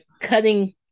cutting